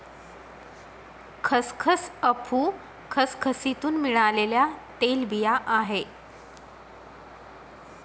खसखस अफू खसखसीतुन मिळालेल्या तेलबिया आहे